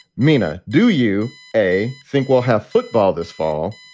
mina. do you a think we'll have football this fall?